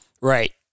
Right